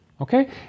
Okay